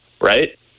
right